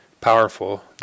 powerful